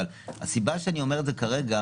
אבל הסיבה שאני אומר את זה כרגע,